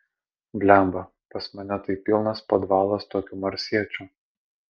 blemba pas mane tai pilnas podvalas tokių marsiečių